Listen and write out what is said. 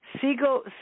Siegel